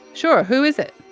sure, who is it?